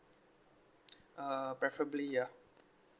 uh preferably ya